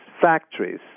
factories